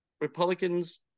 Republicans